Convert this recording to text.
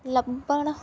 ਲੱਭਣ